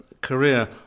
career